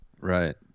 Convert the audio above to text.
right